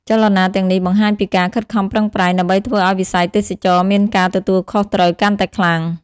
ចលនាទាំងនេះបង្ហាញពីការខិតខំប្រឹងប្រែងដើម្បីធ្វើឲ្យវិស័យទេសចរណ៍មានការទទួលខុសត្រូវកាន់តែខ្លាំង។